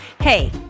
Hey